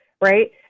right